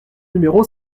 numéro